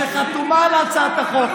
שחתומה על הצעת החוק,